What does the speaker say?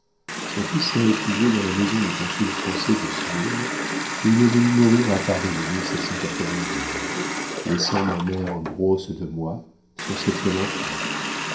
son fils s'est réfugié dans la maison du consul français de smyrne et il est venu mourir à paris en laissant ma mère grosse de moi son septième enfant